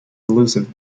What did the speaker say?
elusive